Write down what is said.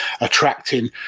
attracting